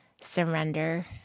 surrender